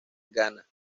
ghana